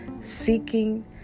seeking